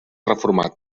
reformat